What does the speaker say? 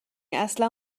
اصلا